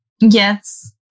Yes